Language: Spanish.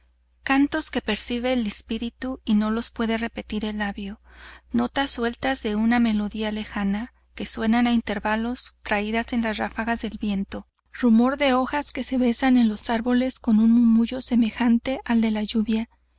cantos que percibe el espíritu y no los puede repetir el labio notas sueltas de una melodía lejana que suenan á intervalos traídas en las ráfagas del viento rumor de hojas que se besan en los árboles con un murmullo semejante al de la lluvia